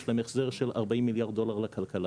יש להם החזר של 40 מיליארד דולר לכלכלה